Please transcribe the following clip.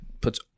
puts